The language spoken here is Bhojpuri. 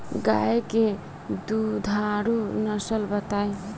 गाय के दुधारू नसल बताई?